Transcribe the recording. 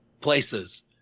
places